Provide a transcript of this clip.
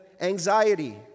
anxiety